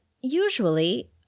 usually